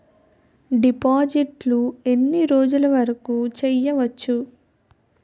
డిపాజిట్లు ఎన్ని రోజులు వరుకు చెయ్యవచ్చు?